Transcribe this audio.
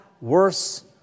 worse